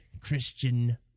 Christian